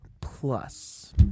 Plus